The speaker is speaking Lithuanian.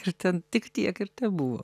ir ten tik tiek ir tebuvo